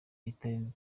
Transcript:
itarenze